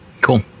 Cool